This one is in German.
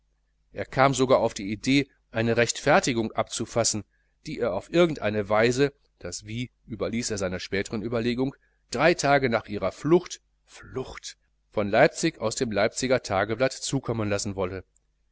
er kam sogar auf die idee eine rechtfertigung abzufassen die er auf irgend eine weise das wie überließ er späterer überlegung drei tage nach ihrer flucht flucht von leipzig aus dem leipziger tageblatt zukommen lassen wollte